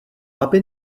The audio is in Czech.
aby